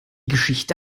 geschichte